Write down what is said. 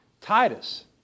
Titus